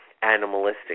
Animalistic